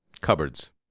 cupboards